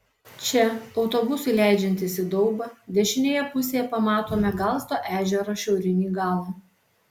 čia autobusui leidžiantis į daubą dešinėje pusėje pamatome galsto ežero šiaurinį galą